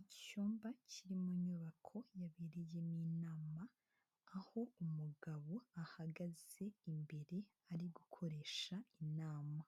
Icyumba kiri mu nyubako yabereyemo inama, aho umugabo ahagaze imbere ari gukoresha inama,